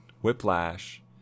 whiplash